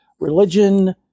religion